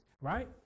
Right